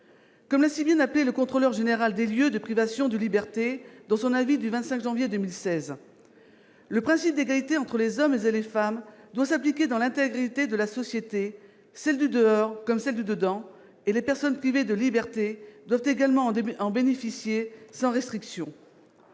Comme l'a si bien rappelé la Contrôleur général des lieux de privation de liberté, dans son avis du 25 janvier 2016, « le principe d'égalité entre les hommes et les femmes doit s'appliquer dans l'intégralité de la société, celle du " dehors " comme celle du " dedans ", et les personnes privées de liberté doivent également en bénéficier sans restriction